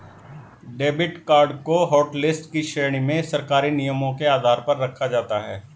debit card को hotlist की श्रेणी में सरकारी नियमों के आधार पर रखा जाता है